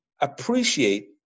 appreciate